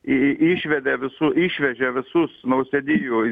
į išvedė visu išvežė visus nausėdijų